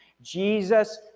Jesus